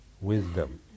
wisdom